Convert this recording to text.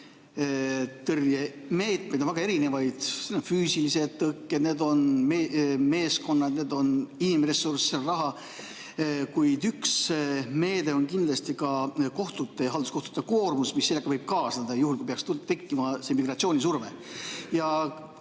tõrje meetmeid on väga erinevaid – need on füüsilised tõkked, need on meeskonnad, need on inimressurss, raha. Kuid üks [probleem] on kindlasti kohtute, halduskohtute koormus, mis sellega võib kaasneda, juhul kui peaks tekkima see migratsioonisurve.